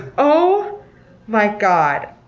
oh my god.